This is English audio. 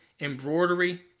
embroidery